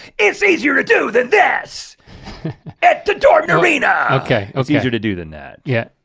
it's easier to do than this at the dorton arena. okay, it's easier to do than that. yeah.